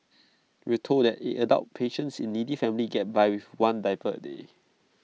we were told that adult patients in needy families get by with one diaper A day